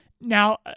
now